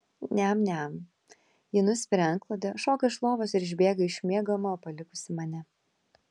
niam niam ji nuspiria antklodę šoka iš lovos ir išbėga iš miegamojo palikusi mane